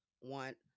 want